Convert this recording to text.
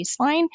baseline